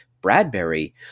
bradbury